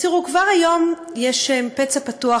אז תראו, כבר היום יש פצע פתוח